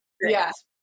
Yes